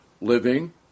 living